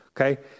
okay